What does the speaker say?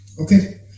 Okay